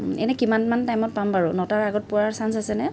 এনেই কিমানমান টাইমত পাম বাৰু নটাৰ আগত পোৱাৰ চান্স আছে নে